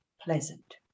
pleasant